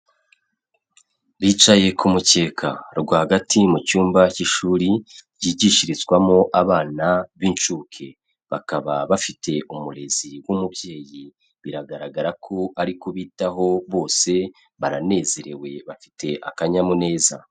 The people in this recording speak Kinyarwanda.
Bicaye ku mukeka rwagati mu cyumba k'ishuri ryigishirizwamo abana b'inshuke, bakaba bafite umurezi w'umubyeyi biragaragara ko ari kubitaho, bose baranezerewe bafite akanyamuneza.